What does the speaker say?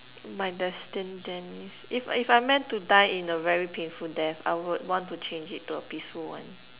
my destined demise if I if I'm meant to die in a very painful death I would want to change it to a peaceful one